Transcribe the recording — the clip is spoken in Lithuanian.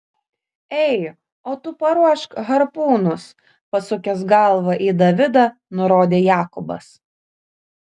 ei o tu paruošk harpūnus pasukęs galvą į davidą nurodė jakobas